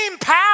power